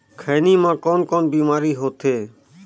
खैनी म कौन कौन बीमारी होथे?